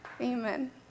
Amen